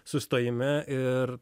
sustojime ir